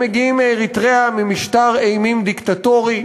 הם מגיעים מאריתריאה, ממשטר אימים דיקטטורי,